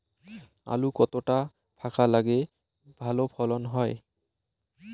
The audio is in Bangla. আলু কতটা ফাঁকা লাগে ভালো ফলন হয়?